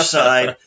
side